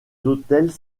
hôtels